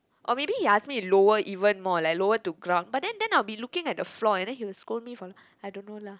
or maybe he ask me to lower even more like lower to ground but then then I'd be looking at the floor and then he'll scold me for I don't know lah